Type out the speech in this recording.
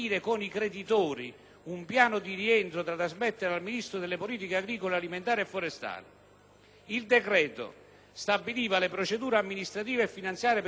un piano di rientro da trasmettere al Ministero delle politiche agricole alimentari e forestali. Il decreto stabiliva le procedure amministrative e finanziarie per il «risanamento» dell'Ente.